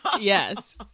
Yes